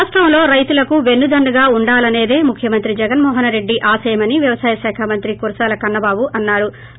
రాష్టంలో రైతులకు వెన్ను దన్నుగా ఉండాలనేదే ముఖ్యమంత్రి జగన్మోహన్రెడ్డి ఆశయమని వ్యవసాయ శాఖ మంత్రి కురసాల కన్నబాబు అన్నారు